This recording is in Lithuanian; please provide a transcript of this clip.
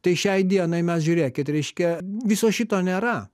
tai šiai dienai mes žiūrėkit reiškia viso šito nėra